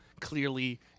clearly